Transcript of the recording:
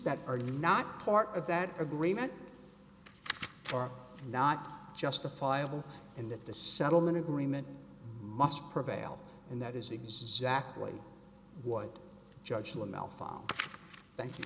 that are not part of that agreement are not justifiable and that the settlement agreement must prevail and that is exactly what judge lamell file thank you